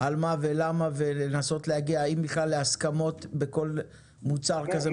על מה ולמה ולנסות להגיע להסכמות בכל מוצר כזה,